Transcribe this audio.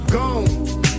gone